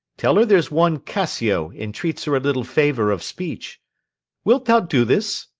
tell her there's one cassio entreats her a little favour of speech wilt thou do this?